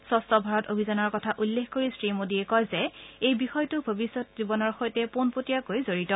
স্বছ্ ভাৰত অভিযানৰ কথা উল্লেখ কৰি শ্ৰীমোদীয়ে কয় যে এই বিষয়টো ভৱিষ্যতৰ সৈতে পোনপটীয়াকৈ জড়িত